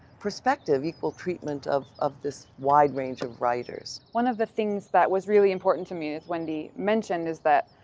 perspective, equal treatment of of this wide range of writers. one of the things that was really important to me as wendy mentioned was that